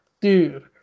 Dude